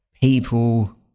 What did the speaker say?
people